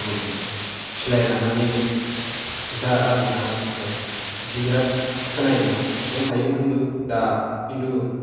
सिलाय लानानै फैसा दाबिग्रा मानसिफोर बिदि बिराद खोनायोमोन दंखायोमोनबो दा खिन्थु